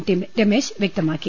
T Ramesh വൃക്തമാക്കി